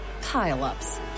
pile-ups